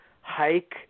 hike